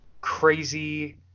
crazy